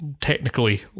technically